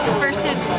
versus